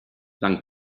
than